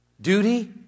Duty